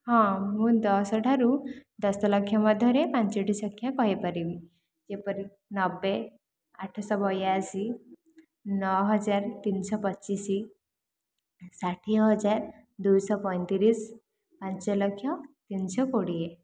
ହଁ ମୁଁ ଦଶଠାରୁ ଦଶଲକ୍ଷ ମଧ୍ୟରେ ପାଞ୍ଚଟି ସଂଖ୍ୟା କହିପାରିବି ଯେପରି ନବେ ଆଠଶହ ବୟାଅଶୀ ନଅହଜାର ତିନିଶହ ପଚିଶ ଷାଠିଏହଜାର ଦୁଇଶହ ପଇଁତିରିଶ ପାଞ୍ଚଲକ୍ଷ ତିନିଶହ କୋଡ଼ିଏ